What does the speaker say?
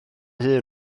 hun